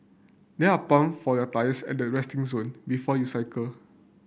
there are pump for your tyres at the resting zone before you cycle